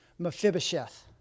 Mephibosheth